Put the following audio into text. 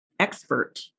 expert